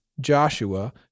Joshua